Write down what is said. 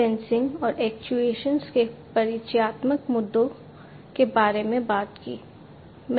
sensing के परिचयात्मक मुद्दों के बारे में बात की